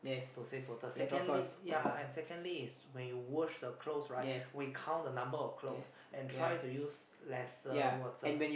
to save water secondly ya secondly when you wash the clothes we count the clothes and use lesser water